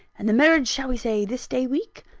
and the marriage, shall we say this day week?